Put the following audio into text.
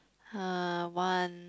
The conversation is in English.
uh one